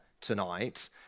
tonight